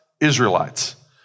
Israelites